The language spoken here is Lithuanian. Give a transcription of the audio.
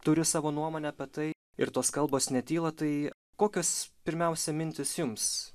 turi savo nuomonę apie tai ir tos kalbos netyla tai kokios pirmiausia mintys jums